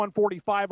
145